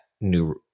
new